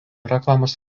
reklamos